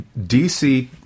DC